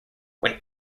when